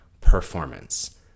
performance